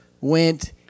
went